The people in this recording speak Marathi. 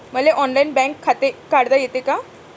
मले ऑनलाईन बँक खाते काढता येते का?